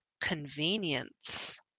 convenience